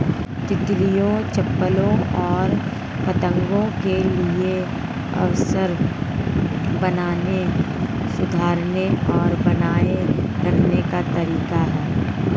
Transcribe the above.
तितलियों, चप्पलों और पतंगों के लिए आवास बनाने, सुधारने और बनाए रखने का तरीका है